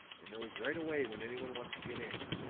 and knows right away when anyone wants to get in.